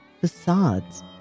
Facades